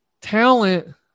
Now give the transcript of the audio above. talent